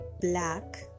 black